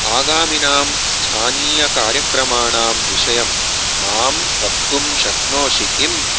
अगामिनां स्थानीयकार्यक्रमाणां विषयं मां वक्तुं शक्नोषि किम्